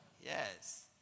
Yes